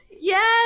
Yes